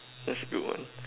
that's a good one